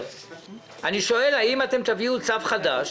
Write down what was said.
אני שואל: האם אתם תביאו צו חדש